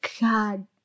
god